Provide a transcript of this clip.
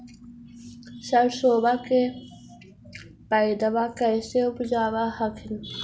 सरसोबा के पायदबा कैसे उपजाब हखिन?